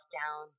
down